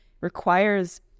requires